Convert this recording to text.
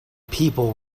people